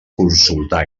consultar